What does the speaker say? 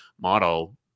model